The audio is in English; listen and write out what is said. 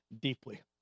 deeply